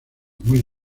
muy